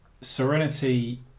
Serenity